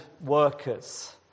workers